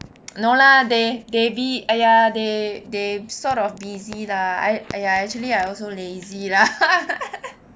no lah they very !aiya! they they sort of busy lah I !aiya! actually I also lazy lah